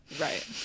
right